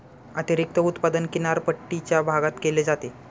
अतिरिक्त उत्पादन किनारपट्टीच्या भागात केले जाते